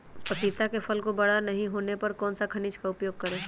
पपीता के फल को बड़ा नहीं होने पर कौन सा खनिज का उपयोग करें?